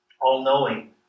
all-knowing